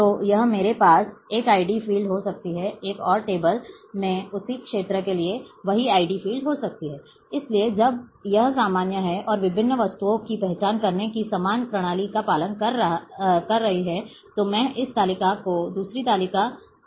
तो यहाँ मेरे पास एक id फ़ील्ड हो सकता है एक और टेबल मैं उसी क्षेत्र के लिए वही id फ़ील्ड हो सकता है इसलिए जब यह सामान्य है और विभिन्न वस्तुओं की पहचान करने की समान प्रणाली का पालन किया गया है तो मैं इस तालिका को दूसरी तालिका के साथ संबंधित कर सकता हूं